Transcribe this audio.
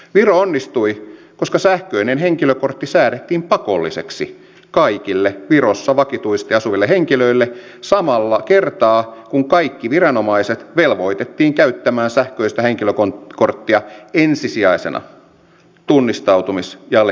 viro onnistui koska sähköinen henkilökortti säädettiin pakolliseksi kaikille virossa vakituisesti asuville henkilöille samalla kertaa kun kaikki viranomaiset velvoitettiin käyttämään sähköistä henkilökorttia ensisijaisena tunnistautumis ja allekirjoitusvälineenä